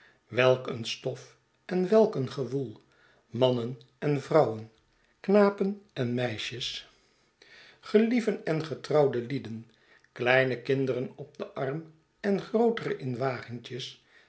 een stof en welk een gewoel mannen en vrouwen knapen en meisjes gelieven en getrouwde lieden kleine kinderen op den arm en grootere